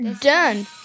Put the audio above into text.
Done